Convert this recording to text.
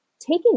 Taking